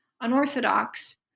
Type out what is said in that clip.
Unorthodox